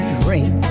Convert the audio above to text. drink